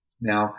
Now